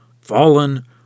Fallen